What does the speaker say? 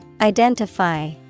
Identify